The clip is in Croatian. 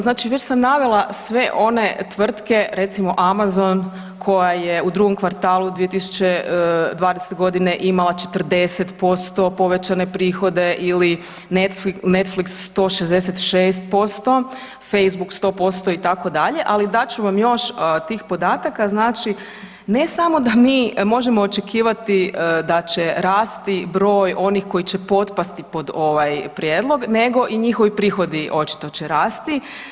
Znači već sam navela sve one tvrtke recimo Amazon koja je u drugom kvartalu 2020. godine imala 40% povećane prihode ili Netflix 166%, Facebook 100% itd., ali dat ću vam još tih podataka, znači ne samo da mi možemo očekivati da će rasti broj onih koji će potpasti pod ovaj prijedlog nego i njihovi prihodi očito će rasti.